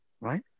right